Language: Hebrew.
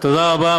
תודה רבה.